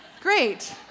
Great